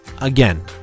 again